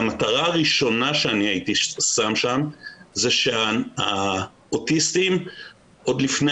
והמטרה הראשונה שהייתי שם שם זה שהאוטיסטים עוד לפני